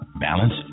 balance